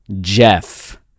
Jeff